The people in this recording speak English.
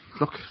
look